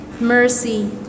mercy